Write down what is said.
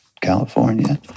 California